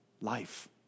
life